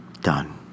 Done